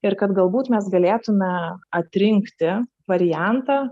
ir kad galbūt mes galėtume atrinkti variantą